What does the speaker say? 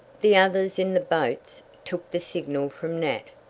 the others in the boats took the signal from nat,